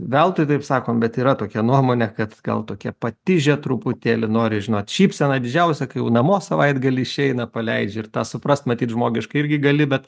veltui taip sakom bet yra tokia nuomonė kad gal tokie patižę truputėlį nori žinot šypsena didžiausia kai jau namo savaitgalį išeina paleidžia ir tą suprast matyt žmogiškai irgi gali bet